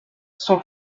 son